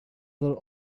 were